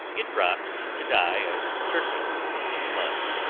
it drops to die of surfeit in the mud,